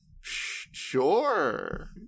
Sure